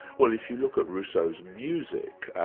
well if you look at rousseau's music,